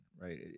right